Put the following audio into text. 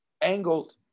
angled